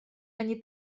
они